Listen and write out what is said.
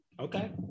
Okay